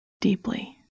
deeply